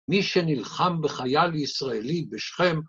מי שנלחם בחייל ישראלי בשכם.